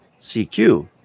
CQ